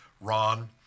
Ron